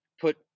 put